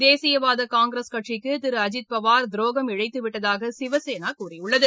தேசியவாத காங்கிரஸ் கட்சிக்கு திரு அஜித்பவார் துரோகம் இழழத்துவிட்டதாக சிவசேனா கூறியுள்ளது